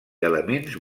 elements